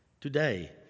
Today